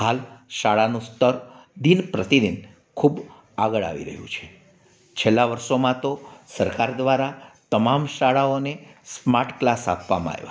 હાલ શાળાનું સ્તર દિન પ્રતિદિન ખૂબ આગળ આવી રહ્યું છે છેલ્લા વર્ષોમાં તો સરકાર દ્વારા તમામ શાળાઓને સ્માર્ટ ક્લાસ આપવામાં આવ્યા